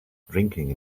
drinking